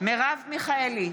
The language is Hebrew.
מרב מיכאלי,